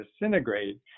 disintegrate